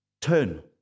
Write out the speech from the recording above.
Turn